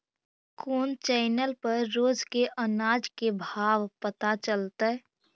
कोन चैनल पर रोज के अनाज के भाव पता चलतै?